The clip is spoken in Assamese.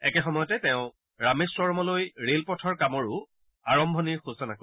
একে সময়তে তেওঁ ৰামেশ্বৰমলৈ ৰেল পথৰ কামৰো আৰম্ভণি সূচনা কৰিব